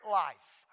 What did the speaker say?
life